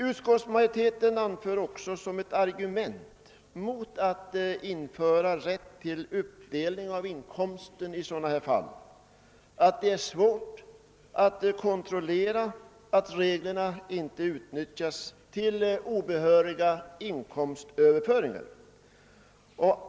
Utskottsmajoriteten anför också som ett argument mot införande av rätt till uppdelning av inkomsten i sådana fall, att det är svårt att kontrollera att reglerna inte utnyttjas till obehöriga inkomstöverföringar.